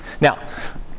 Now